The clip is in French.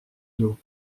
dos